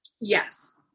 Yes